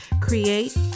create